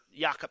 Jakub